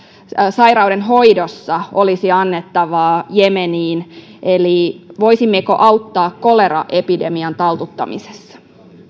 sairauden hoidossa olisi annettavaa jemeniin eli voisimmeko auttaa koleraepidemian taltuttamisessa